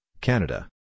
Canada